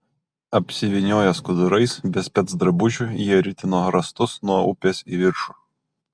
apsivynioję skudurais be specdrabužių jie ritino rąstus nuo upės į viršų